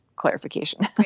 clarification